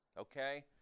Okay